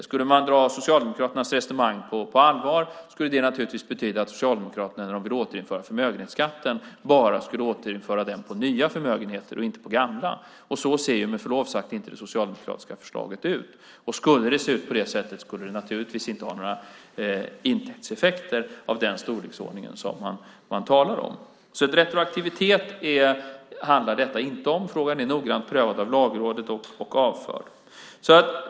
Skulle man ta Socialdemokraternas resonemang på allvar skulle det naturligtvis betyda att Socialdemokraterna, när de vill återinföra förmögenhetsskatten, bara skulle återinföra den på nya förmögenheter och inte på gamla. Och så ser, med förlov sagt, inte det socialdemokratiska förslaget ut. Skulle det se ut på det sättet skulle det naturligtvis inte ha intäktseffekter av den storleksordning som man talar om. Så detta handlar inte om retroaktivitet. Frågan är noggrant prövad av Lagrådet och avförd.